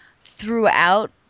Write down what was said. throughout